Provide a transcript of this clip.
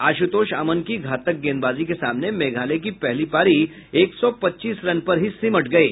आश्र्तोष अमन की घातक गेंदबाजी के सामने मेघालय की पहली पारी एक सौ पच्चीस रन पर ही सिमट गयी